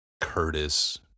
Curtis